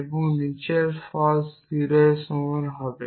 এবং নিচের ফলস 0 এর সমান হবে